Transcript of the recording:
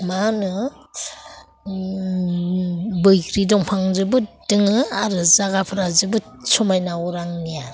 मा होनो बैग्रि दंफां जोबोद दङ आरो जागाफोरा जोबोद समायना अरांनिया